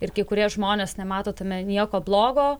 ir kai kurie žmonės nemato tame nieko blogo